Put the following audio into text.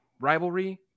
rivalry